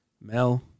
Mel